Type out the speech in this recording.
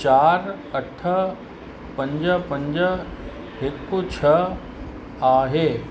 चारि अठ पंज पंज हिक छ्ह आहे